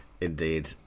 Indeed